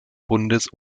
bundes